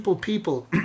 people